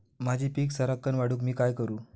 माझी पीक सराक्कन वाढूक मी काय करू?